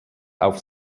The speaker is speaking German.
auf